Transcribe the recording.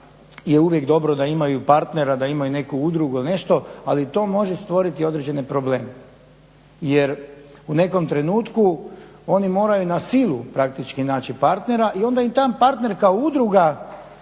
da je uvijek dobro da imaju partnera, da imaju neku udrugu, nešto, ali to može stvoriti određene probleme jer u nekom trenutku oni moraju na silu praktički naći partnera i onda im taj partner kao udruga